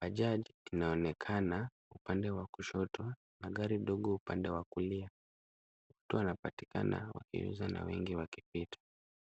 Bajaji inaonekana upande wa kushoto na gari ndogo upande wa kulia. Watu wanapatikana wakiuza na wengi wakipita.